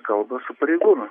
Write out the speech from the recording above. kalba su pareigūnu